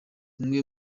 bumwe